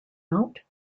out